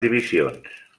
divisions